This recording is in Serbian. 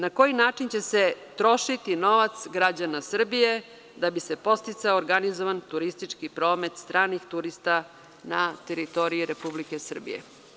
Na koji način će se trošiti novac građana Srbije da bi se podsticao organizovan turistički promet stranih turista na teritoriji Republike Srbije?